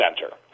Center